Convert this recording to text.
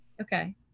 Okay